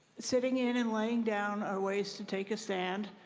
sitting in and laying down are ways to take a stand.